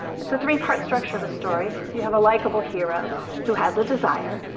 it's a three-part structure of a story. you have a likable hero who has a desire,